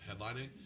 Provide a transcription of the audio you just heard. headlining